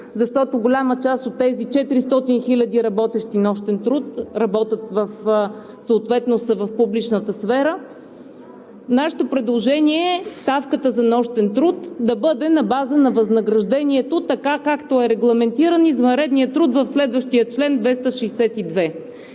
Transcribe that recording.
защото голяма част от тези 400 хиляди работещи нощен труд, съответно са в публичната сфера. Нашето предложение е ставката за нощен труд да бъде на база на възнаграждението – така, както е регламентиран извънредният труд в следващия чл. 262.